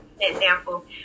example